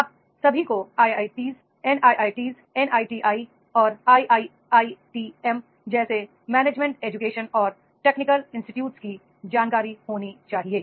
आप सभी को आईआईटी एनआईआईटी एनआईटीआई और आईआईआईटीएम जैसे मैनेजमेंट एजुकेशन और टेक्निकल इंस्टिट्यूट की जानकारी होनी चाहिए